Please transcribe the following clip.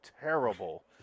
terrible